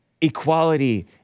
equality